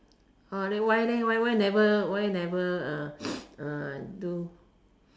ah then why leh why why never why never uh uh do